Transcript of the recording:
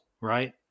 right